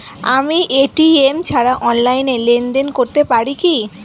আমি এ.টি.এম ছাড়া অনলাইনে লেনদেন করতে পারি কি?